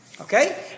Okay